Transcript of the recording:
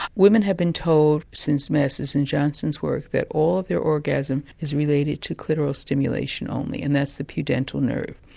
women have been told since masters and johnson's work that all their orgasm is related to clitoral stimulation only, and that's the pudental nerve.